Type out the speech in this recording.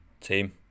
Team